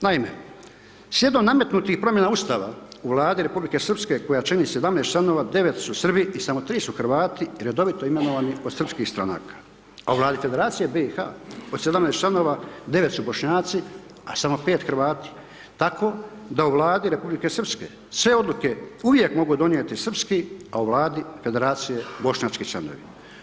Naime, slijedom nametnutih promjena ustava u Vladi Republike Srpske koja čini 17 članova, 9 su Srbi i samo 3 su Hrvati, redovito imenovani od srpskih stranaka, a u Federaciji BiH od 17 članova 9 su Bošnjaci, a 5 Hrvati tako da u Vladi Republike Srpske sve odluke uvijek mogu donijeti srpski, a u Vladi Federacije bošnjački članovi.